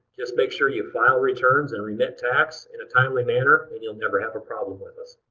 just make sure you file returns and remit tax in a timely manner, and you'll never have a problem with this.